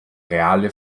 reale